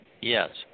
Yes